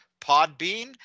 Podbean